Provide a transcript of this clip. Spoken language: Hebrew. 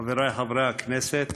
חברי חברי הכנסת,